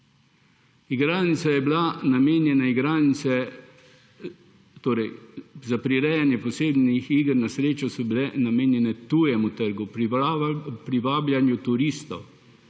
Za prirejanje posebnih iger na srečo so bile namenjene tujemu trgu, privabljanju turistov,